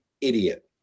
idiot